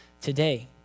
today